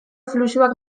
fluxuak